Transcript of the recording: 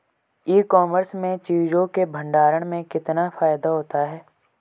E commerce में चीज़ों के भंडारण में कितना फायदा होता है?